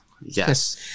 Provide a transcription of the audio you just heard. yes